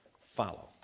follow